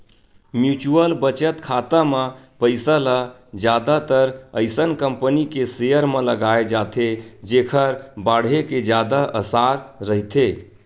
mutual बचत खाता म पइसा ल जादातर अइसन कंपनी के सेयर म लगाए जाथे जेखर बाड़हे के जादा असार रहिथे